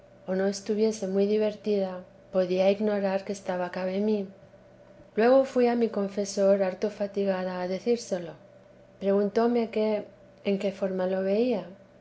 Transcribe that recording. o no estuviese muy divertida podía ignorar que estaba cabe mí luego fui a mi confesor harto fatigada a decírselo preguntóme que en qué forma lo veía